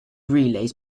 relays